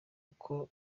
uko